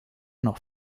noch